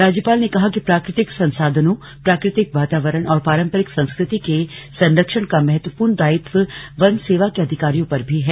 राज्यपाल ने कहा कि प्राकृतिक संसाधनों प्राकृतिक वातावरण और पारंपरिक संस्कृति के संरक्षण का महत्वूपर्ण दायित्व वन सेवा के अधिकारियों पर भी है